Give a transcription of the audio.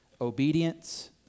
obedience